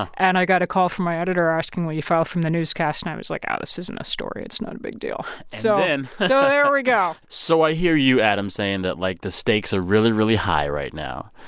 and i got a call from my editor asking, will you file from the newscast? and i was like, oh, this isn't a story. it's not a big deal and so then. so there we go so i hear you, adam, saying that, like, the stakes are really, really high right now.